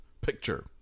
picture